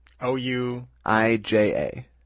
O-U-I-J-A